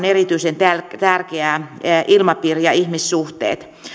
erityisen tärkeitä asioita ovat ilmapiiri ja ihmissuhteet